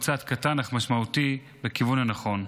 הוא צעד קטן אך משמעותי בכיוון הנכון.